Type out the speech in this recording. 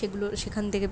সেগুলোর সেখান থেকে